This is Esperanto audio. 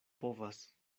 povas